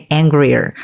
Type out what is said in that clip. angrier